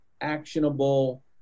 actionable